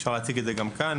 אפשר להציג את זה גם כאן.